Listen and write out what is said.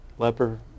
Leper